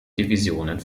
divisionen